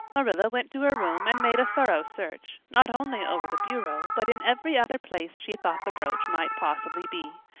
marilla went to her room and made a thorough search, not only over the bureau but in every other place she thought the brooch might possibly be.